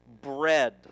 bread